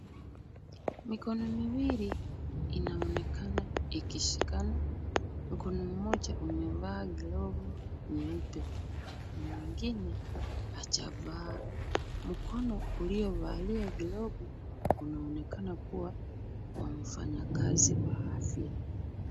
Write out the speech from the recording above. Mikono miwili inaonekana ikishikana. Mkono mmoja umevaa glovu nyeupe na mwingine hajavaa. Mkono uliovalia glovu unaonekana kuwa wa mfanyikazi wa afya.